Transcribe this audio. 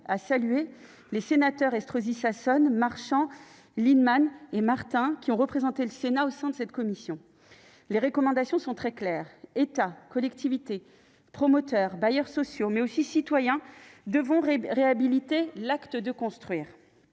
à saluer les sénateurs Estrosi Sassone, Marchand, Lienemann et Martin, qui ont représenté la Haute Assemblée au sein de cette commission. Les recommandations émises sont très claires : État, collectivités, promoteurs, bailleurs sociaux, mais aussi citoyens, nous devons tous réhabiliter l'acte de construire.